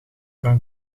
van